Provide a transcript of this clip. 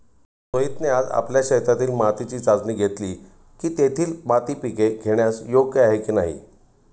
रोहितने आज आपल्या शेतातील मातीची चाचणी घेतली की, तेथील माती पिके घेण्यास योग्य आहे की नाही